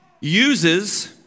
uses